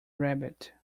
rabbit